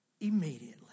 immediately